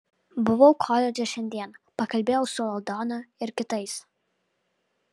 buvau koledže šiandien pakalbėjau su aldona ir kitais